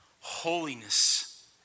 holiness